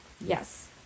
yes